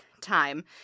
time